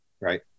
right